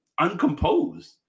uncomposed